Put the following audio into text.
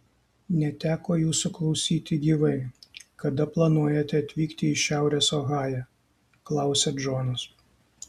neteko jūsų klausyti gyvai kada planuojate atvykti į šiaurės ohają klausia džonas